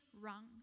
wrong